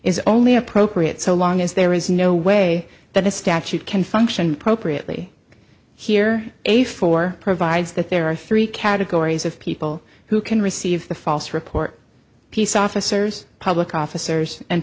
is only appropriate so long as there is no way that the statute can function propre a plea here a four provides that there are three categories of people who can receive the false report peace officers public officers and